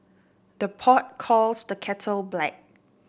the pot calls the kettle black